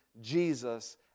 Jesus